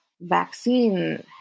vaccine